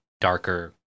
darker